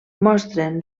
mostren